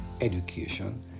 education